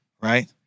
right